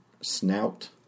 snout